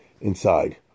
inside